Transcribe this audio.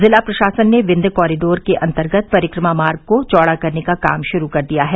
जिला प्रशासन ने विन्य कॉरीडोर के अन्तर्गत परिक्रमा मार्ग को चौड़ा करने का काम शुरू कर दिया है